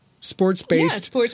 sports-based